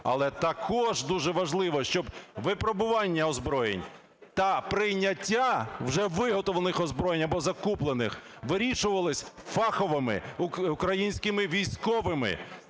Але також дуже важливо, щоб випробування озброєнь та прийняття вже виготовлених озброєнь або закуплених вирішувались фаховими українськими військовими